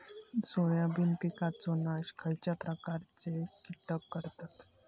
Soybean पिकांचो नाश खयच्या प्रकारचे कीटक करतत?